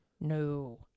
no